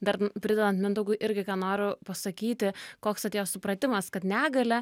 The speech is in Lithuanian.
dar pridedant mindaugui irgi ką noriu pasakyti koks atėjo supratimas kad negalia